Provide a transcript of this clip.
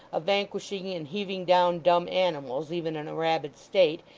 of vanquishing and heaving down dumb animals, even in a rabid state,